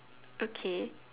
okay